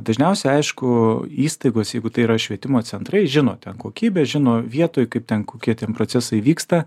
dažniausiai aišku įstaigos jeigu tai yra švietimo centrai žino ten kokybę žino vietoj kaip ten kokie ten procesai vyksta